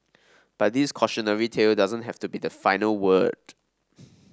but this cautionary tale doesn't have to be the final word